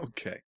Okay